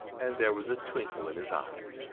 and there was a twinkle in his eyes.